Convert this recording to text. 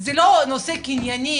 זה לא נושא קנייני,